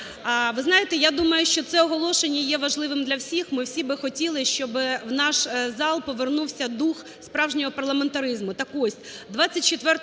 ви знаєте, я думаю, що це оголошення є важливим для всіх. Ми всі би хотіли, щоб в наш зал повернувся дух справжнього парламентаризму.